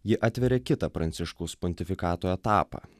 ji atveria kitą pranciškaus pontifikato etapą